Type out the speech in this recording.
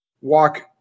Walk